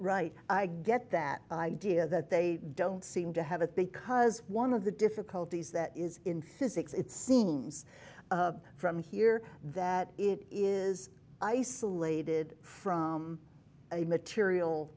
right i get that idea that they don't seem to have a because one of the difficulties that is in physics it seems from here that it is isolated from a material